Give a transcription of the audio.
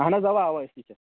اہن حظ اَوا اَوا أسی چھِ